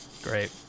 great